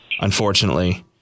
unfortunately